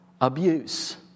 abuse